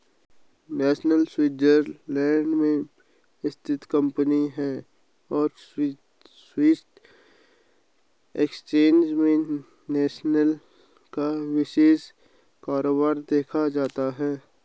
Nestle Switzerland में स्थित company है और स्विस एक्सचेंज में नेस्ले का विशेष कारोबार देखा जाता है